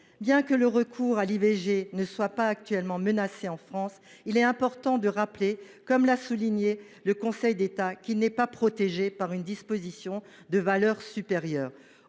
Bien que le recours à l’IVG ne soit pas menacé actuellement en France, il est important de rappeler, comme l’a souligné le Conseil d’État, qu’il n’est pas protégé par une disposition de valeur supérieure.